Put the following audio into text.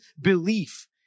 belief